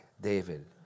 David